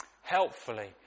helpfully